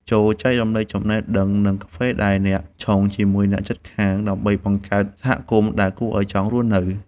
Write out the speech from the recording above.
ចូរចែករំលែកចំណេះដឹង និងកាហ្វេដែលអ្នកឆុង ជាមួយអ្នកជិតខាងដើម្បីបង្កើតសហគមន៍ដែលគួរឱ្យចង់រស់នៅ។